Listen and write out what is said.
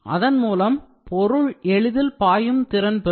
அதன்மூலம் பொருள் எளிதில் பாயும் திறன் பெறும்